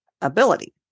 ability